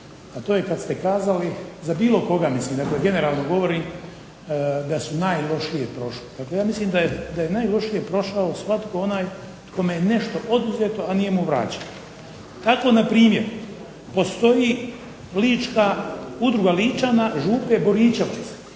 A to je kada ste kazali, za bilo koga, dakle generalno govorim da su najlošije prošli. Ja mislim da je najlošije prošao svatko onaj kome je nešto oduzeto a nije mu vraćeno. Tako postoji udruga ličana župe Boričevac